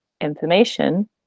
information